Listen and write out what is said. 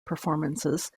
performances